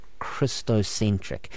Christocentric